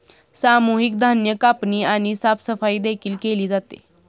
सामूहिक धान्य कापणी आणि साफसफाई देखील केली जाते